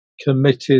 committed